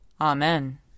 Amen